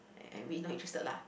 I really not interested lah